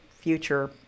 future